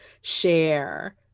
share